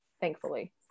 thankfully